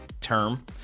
term